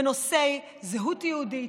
בנושא זהות יהודית,